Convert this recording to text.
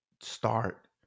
start